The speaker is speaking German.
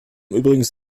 übrigens